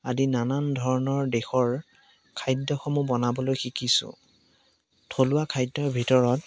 আদি নানান ধৰণৰ দেশৰ খাদ্যসমূহ বনাবলৈ শিকিছোঁ থলুৱা খাদ্যৰ ভিতৰত